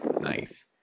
Nice